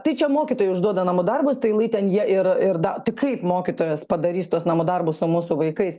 tai čia mokytojai užduoda namų darbus tai lai ten jie ir da tai kaip mokytojas padarys tuos namų darbus o mūsų vaikais